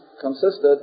consisted